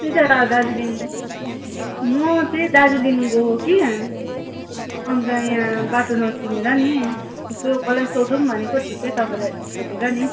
त्यही त दार्जिलिङ म चाहिँ दार्जिलिङ गएको कि अन्त यहाँ बाटो नचिनेर नि यसो कसलाई सोधौँ भनेको ठिकै तपाईँलाई भेटेर नि